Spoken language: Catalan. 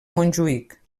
montjuïc